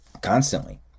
constantly